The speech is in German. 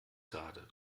gerade